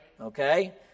okay